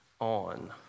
on